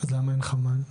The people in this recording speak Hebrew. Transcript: אז למה אין חמ"ל?